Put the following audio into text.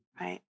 right